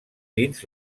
dins